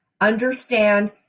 Understand